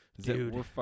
Dude